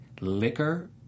liquor